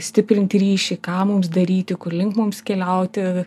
stiprinti ryšį ką mums daryti kurlink mums keliauti